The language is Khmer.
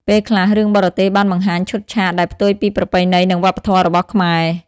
ពេលខ្លះ រឿងបរទេសបានបង្ហាញឈុតឆាកដែលផ្ទុយពីប្រពៃណីនិងវប្បធម៌របស់ខ្មែរ។